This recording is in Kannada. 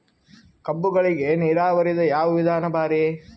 ಕಬ್ಬುಗಳಿಗಿ ನೀರಾವರಿದ ಯಾವ ವಿಧಾನ ಭಾರಿ?